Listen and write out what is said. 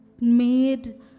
made